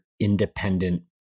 independent